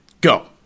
go